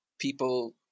People